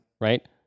right